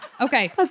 Okay